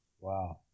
Wow